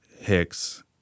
hicks